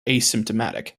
asymptomatic